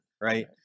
Right